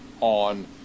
on